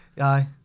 Aye